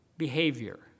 behavior